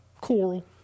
coral